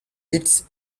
its